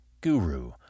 guru